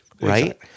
Right